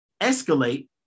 escalate